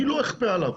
אני לא אכפה עליו.